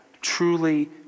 truly